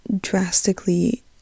drastically